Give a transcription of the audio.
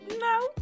No